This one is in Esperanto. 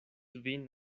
vin